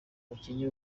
bakennye